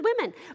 women